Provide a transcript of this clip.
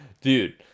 Dude